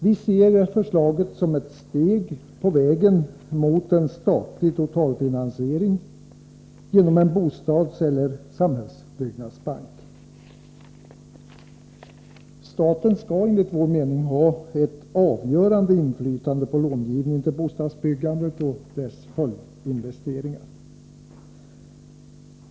Vi ser förslaget som ett steg på vägen mot en statlig totalfinansiering genom en bostadseller samhällsbyggnadsbank. Staten skall enligt vår mening ha ett avgörande inflytande på långivningen till bostadsbyggande och följdinvesteringar.